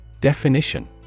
Definition